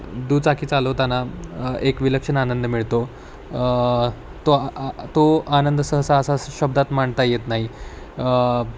दुचाकी चालवताना एक विलक्षण आनंद मिळतो तो आ तो आनंद सहसा असा शब्दात मांडता येत नाही